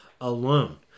alone